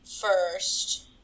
first